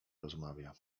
rozmawia